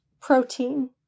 protein